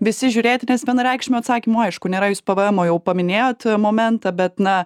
visi žiūrėti nes vienareikšmio atsakymo aišku nėra jūs pvemo jau paminėjot momentą bet na